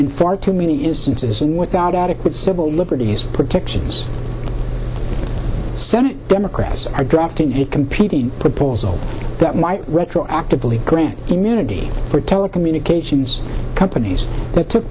in far too many instances and without adequate civil liberties protections senate democrats are drafting a competing proposal that might retroactively grant immunity for telecommunications companies that took